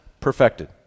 perfected